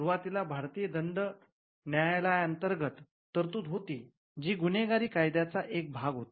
सुरुवातीला भारतीय दंड न्यायालयांतर्गत तरतूद होती जी गुन्हेगारी कायद्याचा एक भाग होती